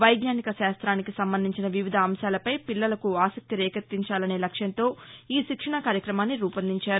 వైజ్ఞానిక శాస్తానికి సంబంధించిన వివిధ అంశాలపై పిల్లలకు ఆసక్తి రేకెత్తించాలనే లక్ష్యంతో ఈ శిక్షణా కార్యక్రమాన్ని రూపొందించారు